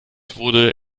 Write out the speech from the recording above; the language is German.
wurde